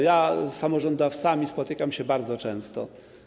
Ja z samorządowcami spotykam się bardzo często.